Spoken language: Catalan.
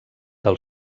del